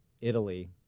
Italy